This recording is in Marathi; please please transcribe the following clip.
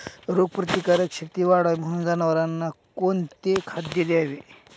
रोगप्रतिकारक शक्ती वाढावी म्हणून जनावरांना कोणते खाद्य द्यावे?